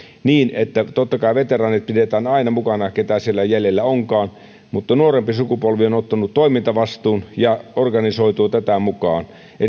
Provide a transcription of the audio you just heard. totta kai veteraanit pidetään aina mukana keitä siellä jäljellä onkaan mutta nuorempi sukupolvi on ottanut toimintavastuun ja organisoituu tätä mukaa